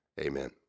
Amen